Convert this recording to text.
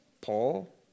Paul